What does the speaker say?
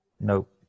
nope